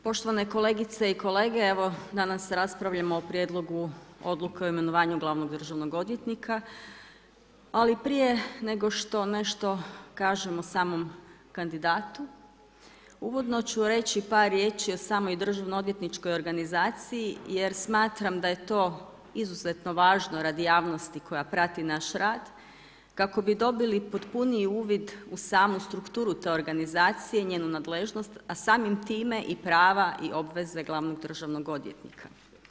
Poštovane kolegice i kolege, evo danas raspravljamo o Prijedlogu odluke o imenovanju glavnog državnog odvjetnika ali prije nego što nešto kažem o samom kandidatu uvodno ću reći par riječi o samoj državnoodvjetničkoj organizaciji jer smatram da je to izuzetno važno radi javnosti koja prati naš rad kako bi dobili potpuniji uvid u samu strukturu te organizacije i njenu nadležnost a samim time i prava i obveze glavnog državnog odvjetnika.